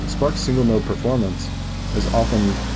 spark's single node performance is often